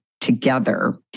together